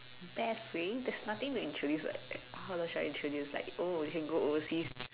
best way there's nothing to introduce [what] how should I introduce like oh you can go overseas